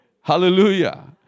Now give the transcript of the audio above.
Hallelujah